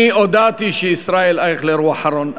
אני הודעתי שישראל אייכלר הוא האחרון.